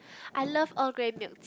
I love Earl Grey milk